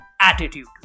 Attitude